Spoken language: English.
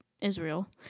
Israel